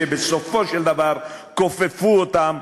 שבסופו של דבר כופפו אותם,